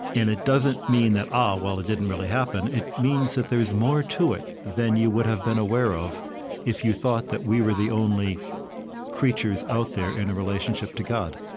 it doesn't mean that, ah, well, it didn't really happen. it means that there's more to it than you would have been aware of if you thought that we were the only creatures out there in a relationship to god.